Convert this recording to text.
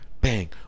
bang